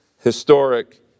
historic